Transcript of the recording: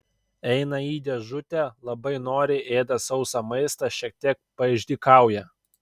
eina į dėžutę labai noriai ėda sausą maistą šiek tiek paišdykauja